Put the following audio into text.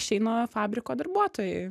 šeino fabriko darbuotojai